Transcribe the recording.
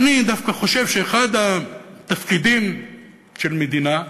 אני דווקא חושב שאחד התפקידים של מדינה,